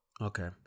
Okay